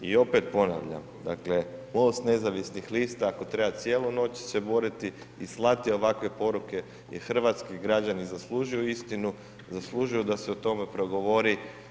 I opet ponavljam, dakle, Most nezavisnih lista, ako treba, cijelu noć će se boriti i slati ovakve poruke gdje hrvatski građani zaslužuju istinu, zaslužuju da se o tome progovori.